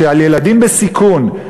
שעל ילדים בסיכון,